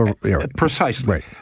Precisely